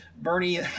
Bernie